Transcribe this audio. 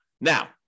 Now